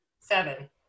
Seven